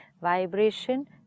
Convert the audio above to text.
Vibration